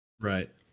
right